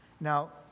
Now